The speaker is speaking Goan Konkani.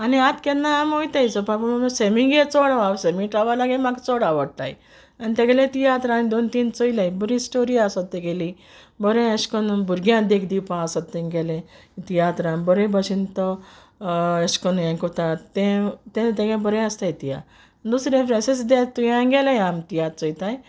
आनी आंत केन्नाय आम ओयताय चोवपा पूण सेमीगो चोड हांव सेमी टावारगे म्हाक चोड आवोडटाय आनी तेगेले तियात्र हांय दोन तीन चोयलाय बोरी स्टोरी आसोत तेगेली बोरें अेश कोन्न भुरग्यां देख दिवपा आसोत तेंगेलें तियात्रां बोरे भाशेन तो अेश कोन्न हें कोता तें ते तेगे बोरे आसताय तियात्र दुसरें फ्रेन्सीस दे तुंयांगेलेय आम तियात्र चोयताय